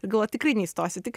ir galvoju tikrai neįstosiu tik